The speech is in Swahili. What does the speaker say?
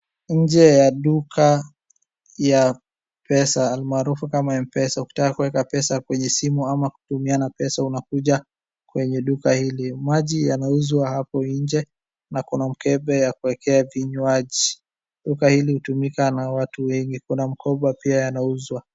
Nje ya duka ya pesa almaarufu kama M-PESA. Ukitaka kueka pesa kwenye simu ama kutumiana pesa unakuja kwenye duka hili. Maji yanauzwa hapo nje na kuna mkebe ya kuekea vinywaji. Duka hili hutumika na watu wengi. Kuna mkoba pia yanauzwa.